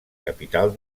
capital